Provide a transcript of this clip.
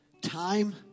time